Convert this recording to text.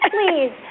Please